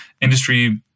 industry